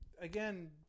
again